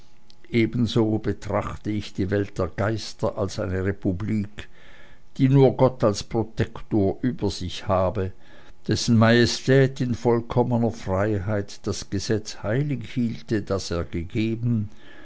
ebenso betrachte ich die welt der geister als eine republik die nur gott als protektor über sich habe dessen majestät in vollkommener freiheit das gesetz heilighielte das er gegeben